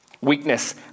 Weakness